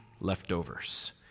leftovers